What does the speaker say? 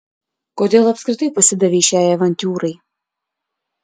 kodėl apskritai pasidavei šiai avantiūrai